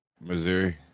Missouri